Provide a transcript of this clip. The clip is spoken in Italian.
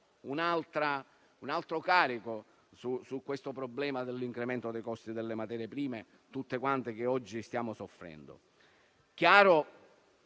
un altro carico sul problema dell'incremento dei costi delle materie prime che oggi stiamo soffrendo.